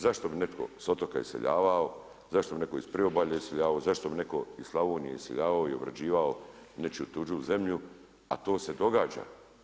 Zašto bi netko s otoka iseljavao, zašto bi neko iz priobalja iseljavao, zašto bi neko iz Slavonije iseljavao i obrađivao nečiju tuđu zemlju, a to se događa.